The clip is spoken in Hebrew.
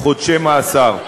חודשי מאסר.